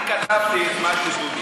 אני כתבתי את מה שדודי